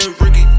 Ricky